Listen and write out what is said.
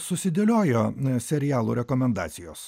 susidėliojo serialų rekomendacijos